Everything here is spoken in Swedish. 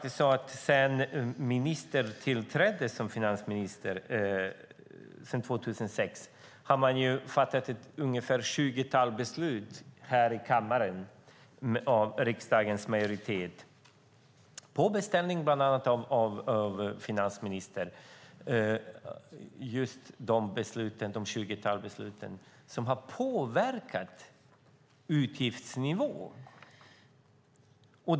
Sedan ministern tillträdde som finansminister 2006 har man fattat ungefär ett tjugotal beslut här i kammaren - det har gjorts av riksdagens majoritet på beställning bland annat av finansministern - som har påverkat utgiftsnivån.